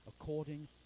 according